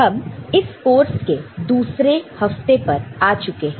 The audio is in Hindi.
हम इस कोर्स के दूसरे हफ्ते पर आ चुके हैं